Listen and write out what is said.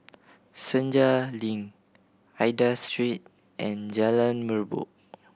Senja Link Aida Street and Jalan Merbok